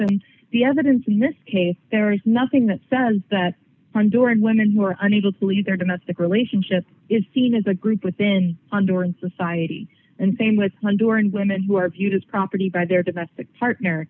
and the evidence in this case there is nothing that says that front door and women who are unable to leave their domestic relationship is seen as a group within honor in society and same with hunter and women who are viewed as property by their domestic partner